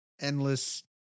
endless